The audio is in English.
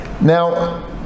now